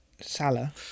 Salah